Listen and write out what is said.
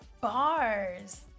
Bars